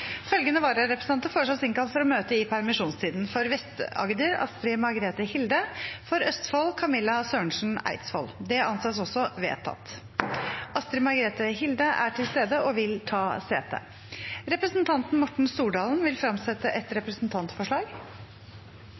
Følgende vararepresentanter innkalles for å møte i permisjonstiden: For Vest-Agder: Astrid Margrethe Hilde For Østfold: Camilla Sørensen Eidsvold Astrid Margrethe Hilde er til stede og vil ta sete. Representanten Morten Stordalen vil fremsette et representantforslag.